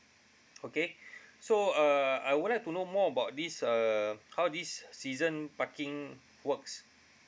okay so uh I would like to know more about this uh how this season parking works